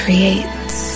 Creates